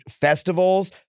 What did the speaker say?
festivals